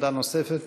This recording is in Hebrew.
עמדה נוספת.